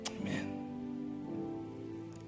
Amen